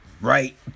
right